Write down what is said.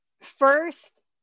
first